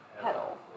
pedal